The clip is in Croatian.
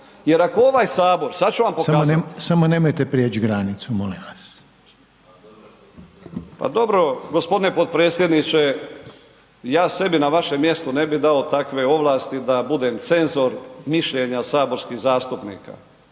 jer ako ovaj sabor, sad ću vam pokazat …/Upadica: Samo nemojte priječi granicu, molim vas./… pa dobro gospodine potpredsjedniče ja sebi na vašem mjestu ne bi dao takve ovlasti da budem cenzor mišljenja saborskih zastupnika.